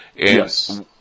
Yes